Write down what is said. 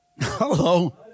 Hello